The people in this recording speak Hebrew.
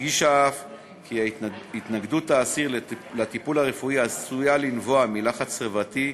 והדגישה אף כי התנגדות האסיר לטיפול הרפואי עשויה לנבוע מלחץ חברתי,